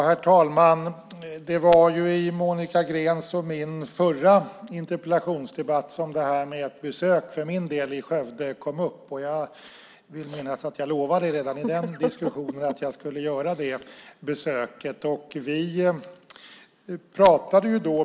Herr talman! Det var i Monica Greens och min förra interpellationsdebatt som det här med ett besök för min del i Skövde kom upp. Jag vill minnas att jag lovade redan i den diskussionen att jag skulle göra det besöket.